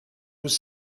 was